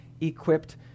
equipped